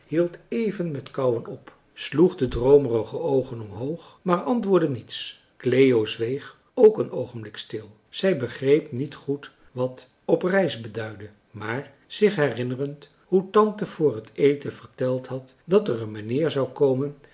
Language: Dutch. even met kauwen op sloeg de droomerige oogen omhoog maar antwoordde niets cleo zweeg ook een oogenblik stil zij begreep niet goed wat op reis beduidde maar zich herinnerend hoe tante voor het eten verteld had dat er een meneer zou komen